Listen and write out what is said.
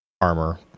armor